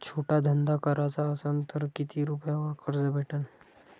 छोटा धंदा कराचा असन तर किती रुप्यावर कर्ज भेटन?